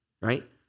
right